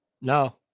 No